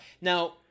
Now